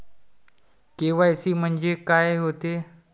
KYC म्हंनजे का होते?